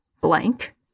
blank